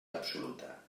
absoluta